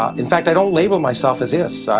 um in fact, i don't label myself as ist.